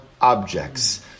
objects